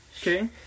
Okay